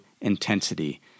intensity